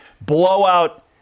blowout